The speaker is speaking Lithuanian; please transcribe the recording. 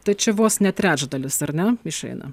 tai čia vos ne trečdalis ar ne išeina